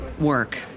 work